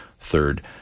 third